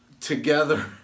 together